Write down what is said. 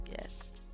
Yes